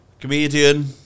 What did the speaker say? Comedian